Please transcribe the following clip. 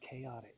chaotic